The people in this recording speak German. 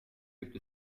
gibt